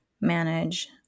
manage